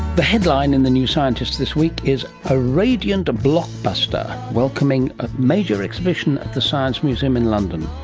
the headline in the new scientist this week is a radiant blockbuster, welcoming a major exhibition at the science museum in london.